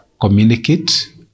communicate